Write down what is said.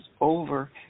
over